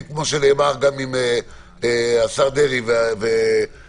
גם ממה שנאמר על-ידי השרים דרעי וליצמן,